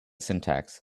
syntax